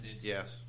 Yes